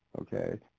Okay